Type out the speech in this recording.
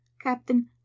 captain